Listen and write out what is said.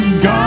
God